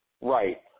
Right